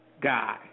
guy